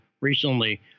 recently